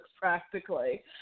practically